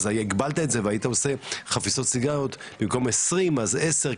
אז הגבלת את זה והיית עושה חפיסות סיגריות שבמקום 20 יהיו רק 10,